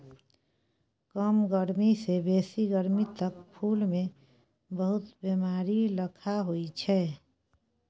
कम गरमी सँ बेसी गरमी तक फुल मे बहुत बेमारी लखा होइ छै